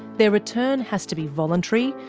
their return has to be voluntary,